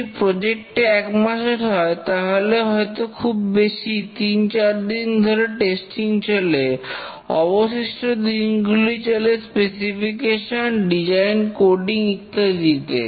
যদি প্রজেক্ট টা এক মাসের হয় তাহলে হয়তো খুব বেশি তিন চারদিন ধরে টেস্টিং চলে অবশিষ্ট দিনগুলি চলে স্পেসিফিকেশন ডিজাইন কোডিং ইত্যাদিতে